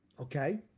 okay